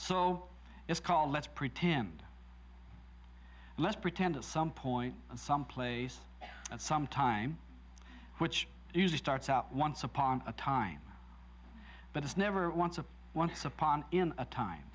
so it's called let's pretend let's pretend at some point some place some time which user starts out once upon a time but it's never once a once upon a time